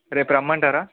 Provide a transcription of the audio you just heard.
రేపు రమ్మంటారా